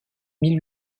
mille